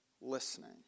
listening